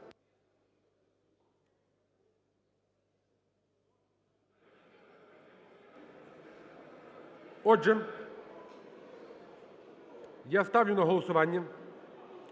Отже, я ставлю на голосування